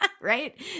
right